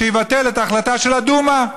שיבטל את ההחלטה של הדומא,